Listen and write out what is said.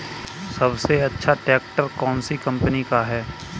सबसे अच्छा ट्रैक्टर कौन सी कम्पनी का है?